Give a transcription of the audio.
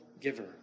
giver